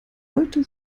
heute